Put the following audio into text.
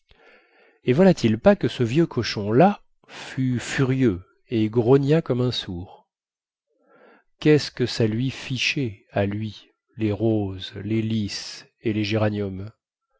et voilà-t-il pas que ce vieux cochon là fut furieux et grogna comme un sourd quest ce que ça lui fichait à lui les roses les lis et les géraniums